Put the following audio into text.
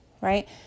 right